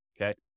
okay